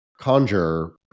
conjure